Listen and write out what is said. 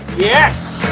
yes!